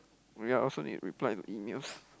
ya I also need reply to emails